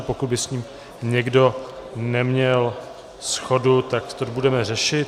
Pokud by s ním někdo neměl shodu, tak to budeme řešit.